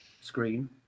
screen